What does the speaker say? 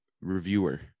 reviewer